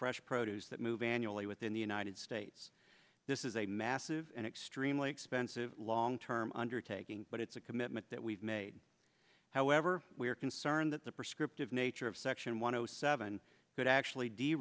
fresh produce that move annually within the united states this is a massive and extremely expensive long term undertaking but it's a commitment that we've made however we are concerned that the prescriptive nature of section one zero seven could actually